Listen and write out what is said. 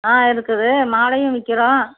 ஆ இருக்குது மாலையும் விற்கிறோம்